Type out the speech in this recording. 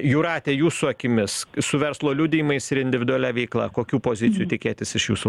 jūrate jūsų akimis su verslo liudijimais ir individualia veikla kokių pozicijų tikėtis iš jūsų